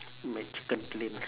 my chicken plain